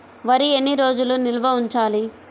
వరి ఎన్ని రోజులు నిల్వ ఉంచాలి?